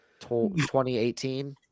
2018